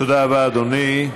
תודה רבה, אדוני.